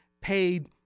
paid